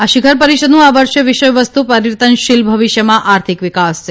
આ શિખર પરિષદનું આ વર્ષે વિષયવસ્તુ પરિવર્તનશીલ ભવિષ્યમાં આર્થિક વિકાસ છે